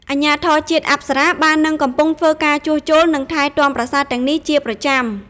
អាជ្ញាធរជាតិអប្សរាបាននិងកំពុងធ្វើការជួសជុល និងថែទាំប្រាសាទទាំងនេះជាប្រចាំ។